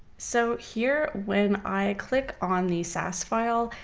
so here, when i click on the sas file,